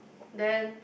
then